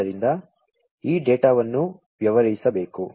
ಆದ್ದರಿಂದ ಈ ಡೇಟಾವನ್ನು ವ್ಯವಹರಿಸಬೇಕು